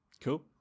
Cool